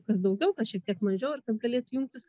kas daugiau kad šiek tiek mažiau ir kas galėtų jungtis